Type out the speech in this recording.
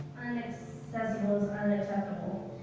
unaccessible is unacceptable,